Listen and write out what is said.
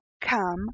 come